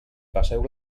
passeu